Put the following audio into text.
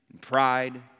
pride